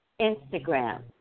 Instagram